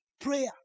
Prayer